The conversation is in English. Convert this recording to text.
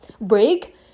break